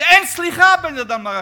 כי אין סליחה על בין אדם לחברו.